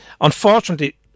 Unfortunately